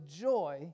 joy